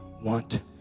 want